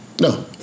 No